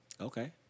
Okay